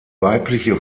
weibliche